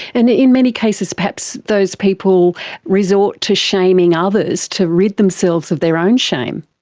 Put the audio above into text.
and in many cases perhaps those people resort to shaming others to rid themselves of their own shame.